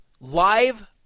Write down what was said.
live